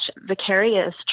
vicarious